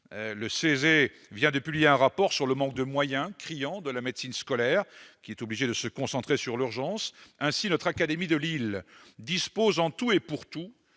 le CESE, vient de publier un rapport sur le manque de moyens, criant, de la médecine scolaire, obligée de se concentrer sur l'urgence. Ainsi, notre académie de Lille dispose en tout et pour tout